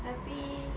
tapi